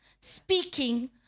speaking